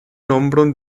nombron